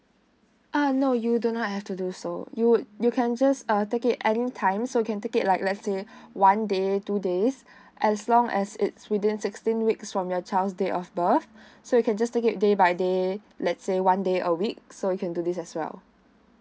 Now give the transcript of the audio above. ah no you don't have to do so you would you can just uh take it anytime so you can take it like let's say one day two days as long as it's within sixteen weeks from your child's date of birth so you can just take it day by day let's say one day a week so you can do this as well